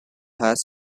has